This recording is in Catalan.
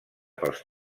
pels